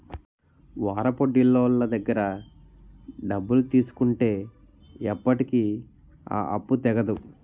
వారాపొడ్డీలోళ్ళ దగ్గర డబ్బులు తీసుకుంటే ఎప్పటికీ ఆ అప్పు తెగదు